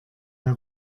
wer